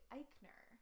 Eichner